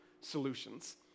solutions